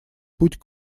путь